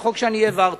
זה חוק שאני העברתי.